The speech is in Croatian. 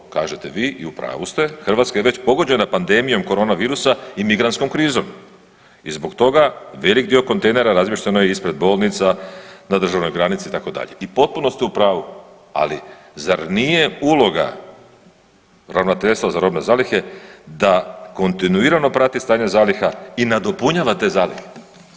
Zato kažete vi i u pravu ste Hrvatska je već pogođena pandemijom korona virusa i migrantskom krizom i zbog toga veliki dio kontejnera razmješteno je ispred bolnica, na državnoj granici itd. i potpuno ste u pravu, ali zar nije uloga ravnateljstva za robe zalihe da kontinuirano prati stanje zaliha i nadopunjava te zalihe.